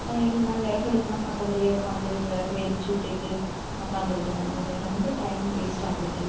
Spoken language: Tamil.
இல்லைனா விறகு அடுப்புனா பக்கத்துலேயே உட்காந்து விறக எரித்து விட்டுட்டு உக்காந்திருக்கணும் அதில் ரொம்ப டைம் வேஸ்ட் ஆகுது